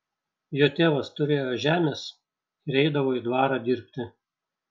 jo tėvas turėjo žemės ir eidavo į dvarą dirbti